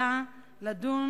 תורה.